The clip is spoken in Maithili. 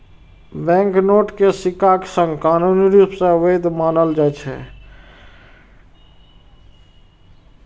बैंकनोट कें सिक्काक संग कानूनी रूप सं वैध मानल जाइ छै